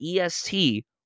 EST